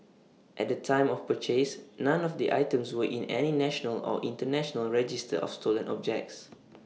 at the time of purchase none of the items were in any national or International register of stolen objects